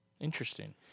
Interesting